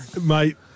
mate